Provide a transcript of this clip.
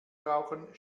brauchen